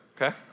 okay